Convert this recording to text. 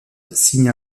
signe